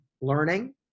learning